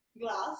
glass